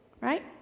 right